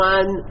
One